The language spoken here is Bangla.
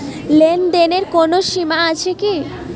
লেনদেনের কোনো সীমা আছে কি?